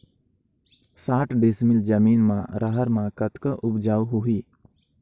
साठ डिसमिल जमीन म रहर म कतका उपजाऊ होही?